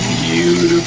you